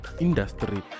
industry